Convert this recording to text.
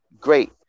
great